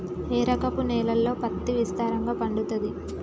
ఏ రకపు నేలల్లో పత్తి విస్తారంగా పండుతది?